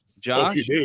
Josh